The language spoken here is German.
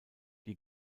die